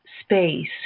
space